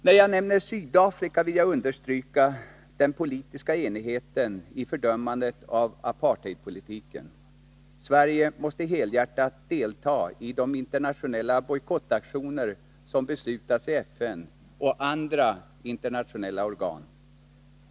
När jag nämner Sydafrika vill jag understryka den politiska enigheten i fördömandet av apartheidpolitiken. Sverige måste helhjärtat delta i de internationella bojkottaktioner som beslutas i FN och andra internationella organ.